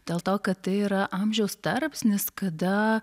dėl to kad tai yra amžiaus tarpsnis kada